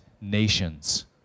nations